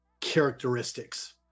characteristics